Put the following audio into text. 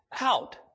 out